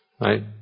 Right